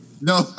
No